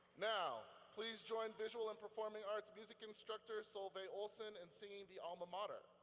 now please join visual and performing arts music instructor solveig olsen in singing the alma mater.